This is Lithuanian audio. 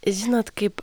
žinot kaip